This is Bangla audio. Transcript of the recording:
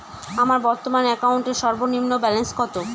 আমার বর্তমান অ্যাকাউন্টের সর্বনিম্ন ব্যালেন্স কত?